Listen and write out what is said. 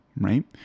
right